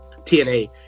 TNA